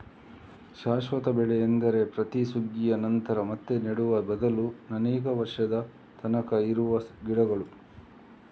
ಶಾಶ್ವತ ಬೆಳೆ ಎಂದರೆ ಪ್ರತಿ ಸುಗ್ಗಿಯ ನಂತರ ಮತ್ತೆ ನೆಡುವ ಬದಲು ಅನೇಕ ವರ್ಷದ ತನಕ ಇರುವ ಗಿಡಗಳು